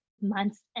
months